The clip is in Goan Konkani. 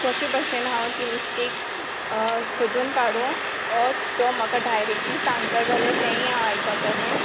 कोशें बाशें हांव ती मिस्टेक सोदून काडूं वो तो म्हाका डायरेक्टली सांगता जाल्यार तेंय हांव आयकोतोलें